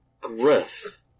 Griff